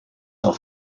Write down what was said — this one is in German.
auf